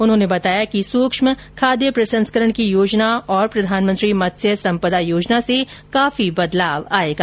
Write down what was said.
उन्होंने बताया कि सूक्ष्म खाद्य प्रसंस्करण की योजना और प्रधानमंत्री मत्स्य संपदा योजना से काफी बदलाव आयेगा